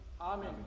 Amen